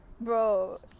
Bro